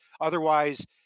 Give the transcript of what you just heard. Otherwise